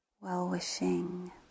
well-wishing